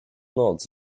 noc